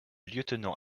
lieutenant